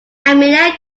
amelia